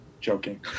joking